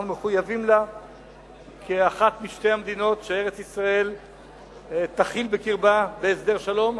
אנחנו מחויבים לה כאחת משתי המדינות שארץ-ישראל תכיל בקרבה בהסדר שלום,